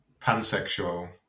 pansexual